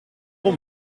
hier